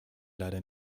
leider